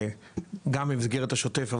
גם במסגרת השוטף,